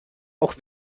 auch